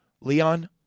Leon